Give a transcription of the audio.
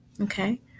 okay